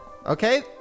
Okay